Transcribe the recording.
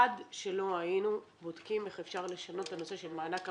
עד שלא היינו בודקים איך אפשר לשנות את הנושא של מענק עבודה,